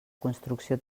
construcció